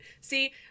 See